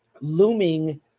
looming